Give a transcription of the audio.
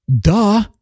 Duh